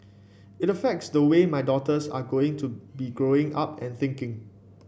it affects the way my daughters are going to be Growing Up and thinking